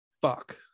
Fuck